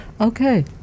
Okay